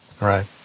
Right